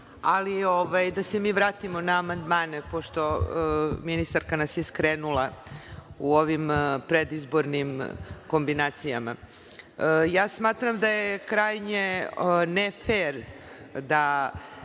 ali da se mi vratimo na amandmane, pošto ministarka nas je skrenula u ovim predizbornim kombinacijama. Smatram da je krajnje nefer da